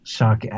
Shock